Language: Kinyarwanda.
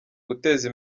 guteza